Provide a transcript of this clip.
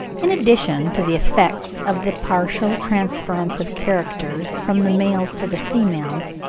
in addition to the effects of the partial transference of characters from the males to the females,